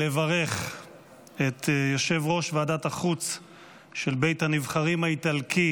לברך את יושב-ראש ועדת החוץ של בית הנבחרים האיטלקי